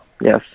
yes